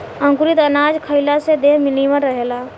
अंकुरित अनाज खइला से देह निमन रहेला